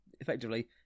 effectively